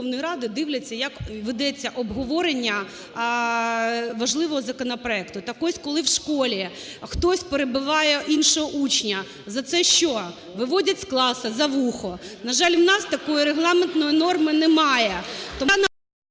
дивляться, як ведеться обговорення важливого законопроекту. Так ось, коли в школі хтось перебиває іншого учня, за це що? Вводять з класу за вухо. На жаль, у нас такої регламентної норми немає,